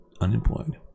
unemployed